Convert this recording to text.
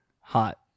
Hot